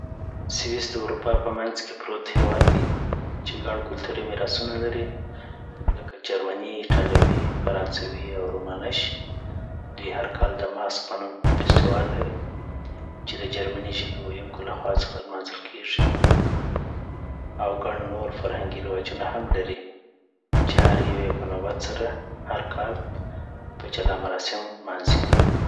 سویس د اروپا په منځ کي پروت هیواد دي چي ګڼ کلتوری میراثونه لري لکه جرمنی، ایټالوی، فرانسوی، او رومانش، دوی هر کال د ماسک په نوم فسټیوال لری چی د جرمني ژبي ویونکو لخوا څخه لمانځل کیږي او ګڼ نور فرهنګی رواجونه هم لري چی هر یی په نوبت سره هر په جلا مراسیمو لمانځی